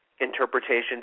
interpretations